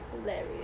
Hilarious